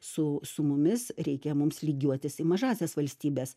su su mumis reikia mums lygiuotis į mažąsias valstybes